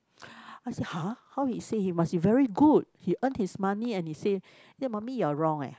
I say !huh! how he save he must be very good he earn his money and he save mummy you are wrong eh